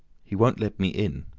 he won't let me in,